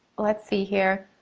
let's see here.